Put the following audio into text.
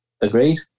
Agreed